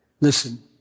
Listen